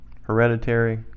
Hereditary